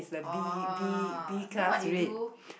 oh then what did you do